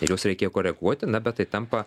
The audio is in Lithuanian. ir juos reikėjo koreguoti na bet tai tampa